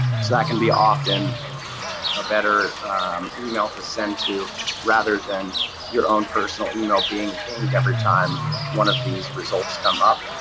so that can be often a better email to send to rather than your own personal email being pinged every time one of these results come up